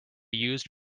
used